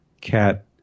cat